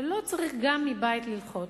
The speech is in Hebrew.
ולא צריך גם מבית ללחוץ.